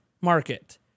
market